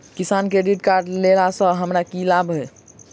किसान credit card लेला सऽ हमरा की लाभ?